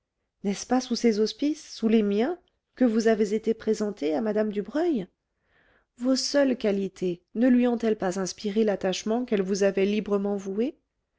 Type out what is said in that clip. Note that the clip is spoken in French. n'est-ce pas sous ses auspices sous les miens que vous avez été présentée à mme dubreuil vos seules qualités ne lui ont-elles pas inspiré l'attachement qu'elle vous avait librement voué